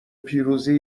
پیروزی